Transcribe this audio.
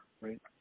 right